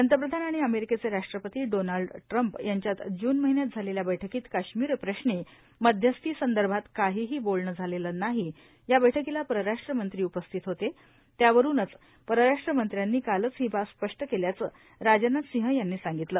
पंतप्रधान आणि अमेरिकेचे राष्ट्रपती डोनाल्ड ट्रम्प यांच्यात जून महिन्यात झालेल्या बैठकीत काश्मीर प्रश्नी मध्यस्थीसंदर्भात काहीही बोलणं झालेलं नाहीए या बैठकीला परराष्ट्र मंत्री उपस्थित होतेए त्यावरूनच परराष्ट्र मंत्र्यांनी कालच ही बाब स्पष्ट केल्याचंए राजनाथसिंह यांनी सांगितलं